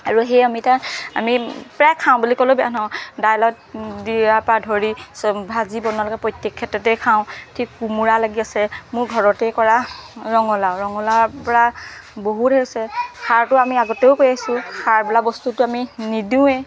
আৰু সেই অমিতা আমি প্ৰায় খাওঁ বুলি ক'লেও বেয়া নহয় দাইলত দিয়া পা ধৰি ভাজি বনোৱালৈকে প্ৰত্যেক ক্ষেত্ৰতে খাওঁ ঠিক কোমোৰা লাগি আছে মোৰ ঘৰতেই কৰা ৰঙলাও ৰঙলাওৰ পৰা বহুত আছে সাৰটো আমি আগতেই কৈ আছোঁ সাৰ বোলা বস্তুটো আমি নিদোৱে